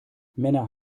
männer